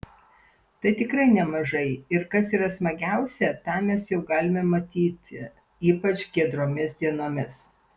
tai tikrai nemažai ir kas yra smagiausia tą mes jau galime matyti ypač giedromis dienomis